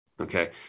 Okay